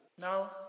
Now